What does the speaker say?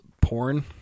porn